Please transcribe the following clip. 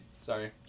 Sorry